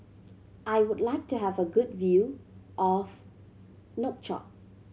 I would like to have a good view of Nouakchott